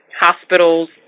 hospitals